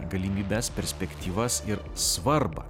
galimybes perspektyvas ir svarbą